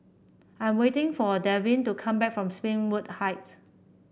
I am waiting for Devin to come back from Springwood Heights